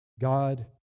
God